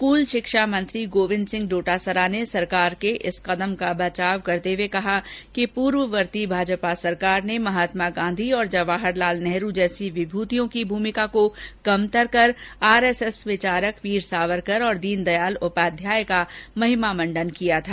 स्कूली शिक्षा मंत्री गोविंद सिंह डोटासरा ने सरकार के इस कदम का बचाव करते हुए कहा कि पूर्ववर्ती भाजपा सरकार ने महात्मा गांधी और जवाहर लाल नेहरू जैसी विभूतियों की भूमिका को कमतर कर आएसएस विचारक वीर सावरकर तथा दीनदयाल उपाध्याय का महिमामंडन किया था